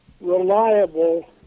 reliable